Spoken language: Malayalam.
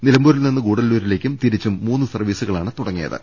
നിലമ്പൂരിൽ നിന്ന് ഗൂഢല്ലൂരിലേക്കും തിരിച്ചും മൂന്ന് സർവീസുക ളാണ് തുടങ്ങിയത്